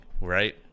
right